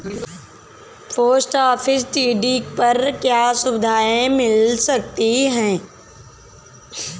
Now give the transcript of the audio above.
Post office TD पर क्या सुविधाएँ मिल सकती है?